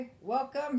welcome